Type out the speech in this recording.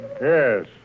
Yes